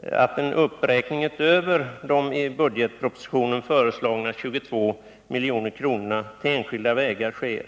inte att en uppräkning utöver i budgetpropositionen föreslagna 22 milj.kr. till enskilda vägar sker.